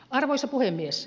arvoisa puhemies